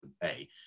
bay